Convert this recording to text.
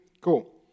Cool